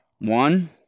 One